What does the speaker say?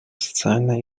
социально